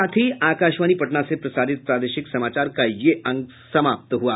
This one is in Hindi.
इसके साथ ही आकाशवाणी पटना से प्रसारित प्रादेशिक समाचार का ये अंक समाप्त हुआ